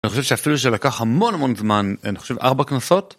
אני חושב שאפילו שלקח המון המון זמן, אני חושב ארבע כנסות.